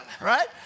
Right